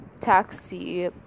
Taxi